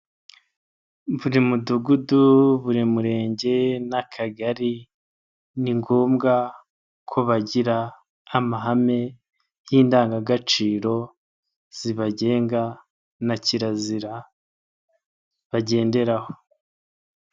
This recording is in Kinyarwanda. Buri mudugudu, buri murenge, n'akagari, ni ngombwa ko bagira amahame n'indangagaciro zibagenga na kirazira bagenderaho.